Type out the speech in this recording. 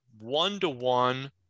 one-to-one